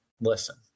listen